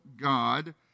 God